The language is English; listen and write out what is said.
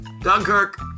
Dunkirk